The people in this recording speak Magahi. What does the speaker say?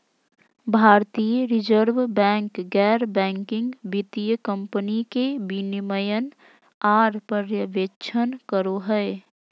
भारतीय रिजर्व बैंक गैर बैंकिंग वित्तीय कम्पनी के विनियमन आर पर्यवेक्षण करो हय